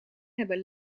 hebben